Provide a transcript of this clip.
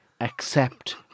accept